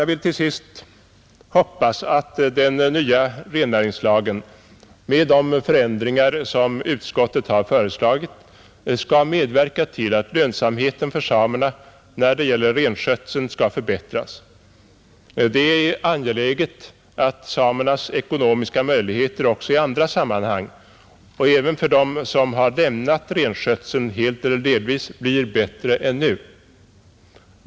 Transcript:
Jag vill till sist hoppas att den nya rennäringslagen med de förändringar som utskottet har föreslagit skall medverka till att lönsamheten av renskötseln för samerna förbättras, Det är angeläget att samernas ekonomiska möjligheter också i andra sammanhang — detta gäller även de som helt eller delvis lämnat renskötseln — blir bättre än nu.